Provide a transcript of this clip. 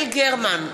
יעל גרמן,